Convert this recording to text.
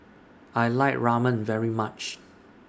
I like Ramen very much